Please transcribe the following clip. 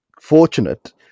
fortunate